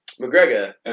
McGregor